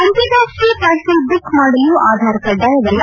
ಅಂತಾರಾಷ್ಷೀಯ parcel book ಮಾಡಲು ಆಧಾರ್ ಕಡ್ಡಾಯವಲ್ಲ